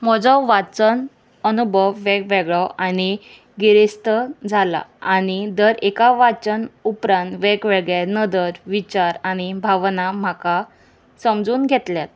म्हजो वाचन अनुभव वेगवेगळो आनी गिरेस्त जाला आनी दर एका वाचन उपरांत वेगवेगळे नदर विचार आनी भावना म्हाका समजून घेतल्यात